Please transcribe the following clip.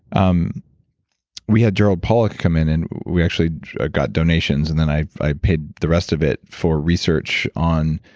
um we had gerald pollack come in and we actually got donations, and then i i paid the rest of it for research on